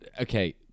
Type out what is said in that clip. okay